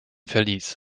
verlies